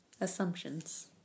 Assumptions